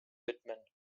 widmen